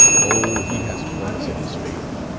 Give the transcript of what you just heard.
oh, he has points in his favor.